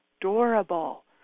adorable